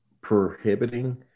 prohibiting